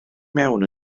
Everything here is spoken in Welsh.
mewn